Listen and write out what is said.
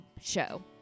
show